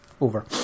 over